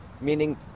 meaning